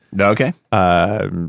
okay